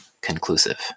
conclusive